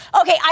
Okay